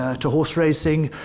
ah to horse racing,